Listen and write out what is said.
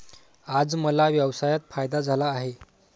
आज मला व्यवसायात फायदा झाला आहे